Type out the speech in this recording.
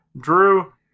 Drew